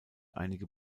einige